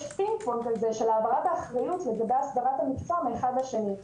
יש פינג-פונג כזה של העברת האחריות לגבי הסדרת המקצוע מאחד לשני.